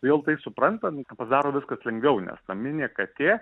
vėl tai suprantant pasidaro viskas lengviau nes naminė katė